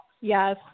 Yes